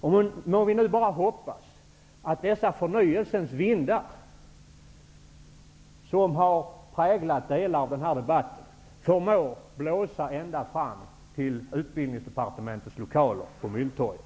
Må vi nu bara hoppas att dessa förnyelsens vindar, som har präglat delar av debatten, förmår blåsa ända fram till Utbildningsdepartementets lokaler på Mynttorget.